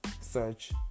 search